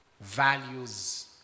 values